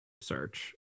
search